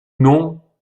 non